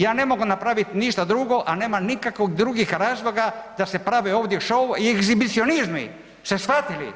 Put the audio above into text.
Ja ne mogu napravit ništa drugo, a nema nikakvog drugih razloga da se prave ovdje šoui i eksbicionizmi, ste shvatili?